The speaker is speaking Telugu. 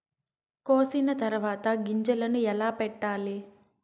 కోసిన తర్వాత గింజలను ఎలా పెట్టాలి